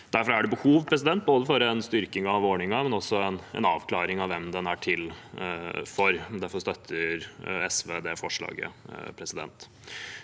Derfor er det behov for både en styrking av ordningen og en avklaring av hvem den er til for. Derfor støtter SV forslaget som